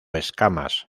escamas